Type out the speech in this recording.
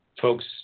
folks